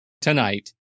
tonight